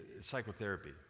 Psychotherapy